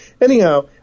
Anyhow